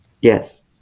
Yes